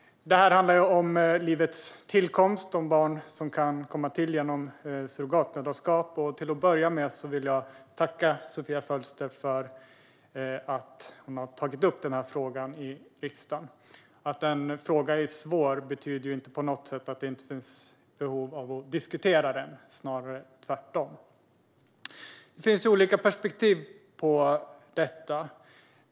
Denna fråga handlar om livets tillkomst, om barn som kan komma till genom surrogatmoderskap. Till att börja med vill jag tacka Sofia Fölster för att hon har tagit upp frågan i riksdagen. Att en fråga är svår betyder ju inte på något sätt att det inte finns behov av att diskutera den, snarare tvärtom. Det finns olika perspektiv på detta.